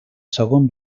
segon